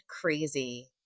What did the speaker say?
crazy